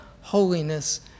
holiness